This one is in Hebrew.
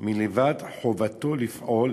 מלבד חובתו לפעול